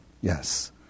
yes